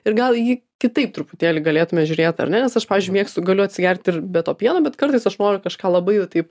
ir gal į jį kitaip truputėlį galėtume žiūrėt ar ne nes aš pavyzdžiui mėgstu galiu atsigert ir be to pieno bet kartais aš noriu kažką labai jau taip